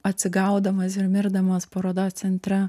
atsigaudamas ir mirdamas parodos centre